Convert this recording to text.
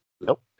Nope